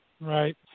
Right